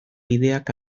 bideak